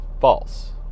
false